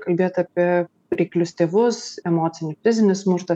kalbėt apie reiklius tėvus emocinį fizinį smurtą